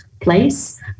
place